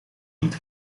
niet